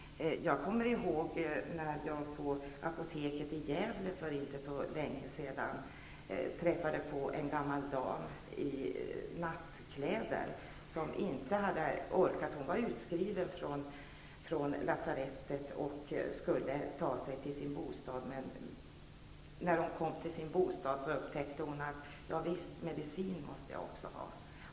Jag kommer ihåg när man på apoteket i Gävle för inte så länge sedan träffade på en gammal dam i nattkläder. Hon var utskriven från lasarettet och skulle ta sig till sin bostad. Men när hon kom till sin bostad upptäckta hon att, ja visst, medicin måste hon också ha.